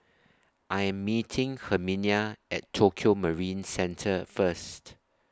I Am meeting Herminia At Tokio Marine Centre First